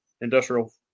industrial